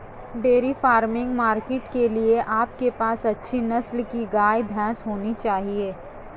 dairy farming market के लिए आपके पास अच्छी नस्ल के गाय, भैंस होने चाहिए